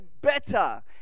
better